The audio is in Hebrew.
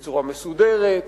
בצורה מסודרת,